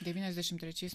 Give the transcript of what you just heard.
devyniasdešim trečiais